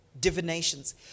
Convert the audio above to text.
divinations